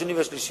השני והשלישי,